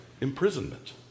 imprisonment